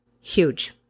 huge